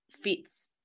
fits